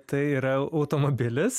tai yra automobilis